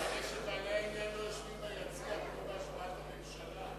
אני מקווה שבעלי העניין לא יושבים ביציע כמו בהשבעת הממשלה,